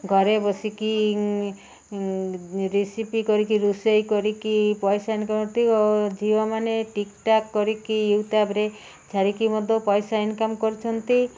ଘରେ ବସିକି ରେସିପି କରିକି ରୋଷେଇ କରିକି ପଇସା ଇନକମ୍ କରନ୍ତି ଓ ଝିଅମାନେ ଟିକଟକ୍ କରିକି ୟୁଟବ୍ରେ ଛାଡ଼ିକି ମଧ୍ୟ ପଇସା ଇନକମ୍ କରୁଛନ୍ତି